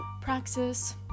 praxis